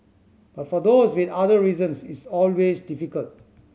but for those with other reasons it's always difficult